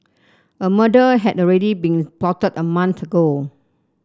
a murder had already been plotted a month ago